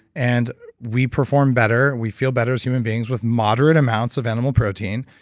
and we perform better, we feel better as human beings with moderate amounts of animal protein.